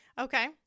okay